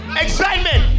excitement